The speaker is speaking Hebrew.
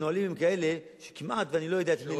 הנהלים הם כאלה שכמעט אני לא יודע את מי,